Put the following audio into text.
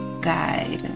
Guide